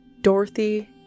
Dorothy